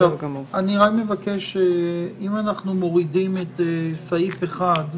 אני מבקש שאם מורידים את סעיף (1)